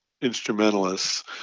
instrumentalists